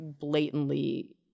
blatantly